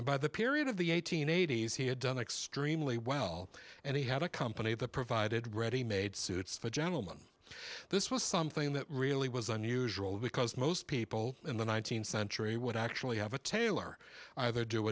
and by the period of the eighteen eighties he had done extremely well and he had a company that provided ready made suits for a gentleman this was something that really was unusual because most people in the nineteenth century would actually have a tailor either do